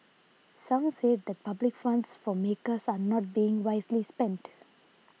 some said that public funds for makers are not being wisely spent